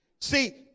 See